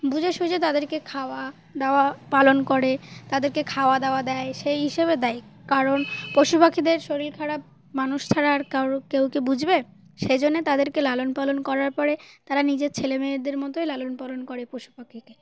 বুঝে সুঝে তাদেরকে খাওয়া দাওয়া পালন করে তাদেরকে খাওয়া দাওয়া দেয় সেই হিসেবে দেয় কারণ পশু পাখিদের শরীর খারাপ মানুষ ছাড়া আর কার কেউকে বুঝবে সেইজন্যে তাদেরকে লালন পালন করার পরে তারা নিজের ছেলেমেয়েদের মতোই লালন পালন করে পশু পাখিকে